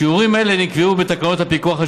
שיעורים אלה נקבעו בתקנות הפיקוח על